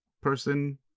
person